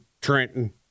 Trenton